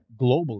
globally